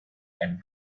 and